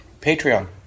Patreon